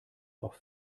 auf